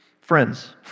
Friends